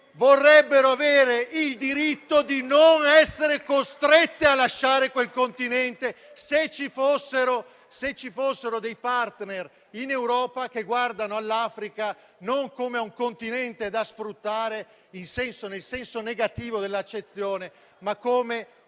vorrebbero avere il diritto a non essere costrette a lasciare il continente, se ci fossero dei *partner* in Europa che guardano all'Africa, non come ad un continente da sfruttare nel senso negativo dell'accezione, ma come